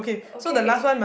okay